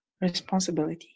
responsibility